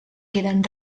queden